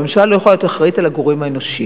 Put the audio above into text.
אבל הממשלה לא יכולה להיות אחראית על הגורם האנושי.